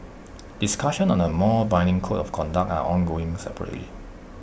discussions on A more binding code of conduct are ongoing separately